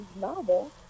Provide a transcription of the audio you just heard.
novel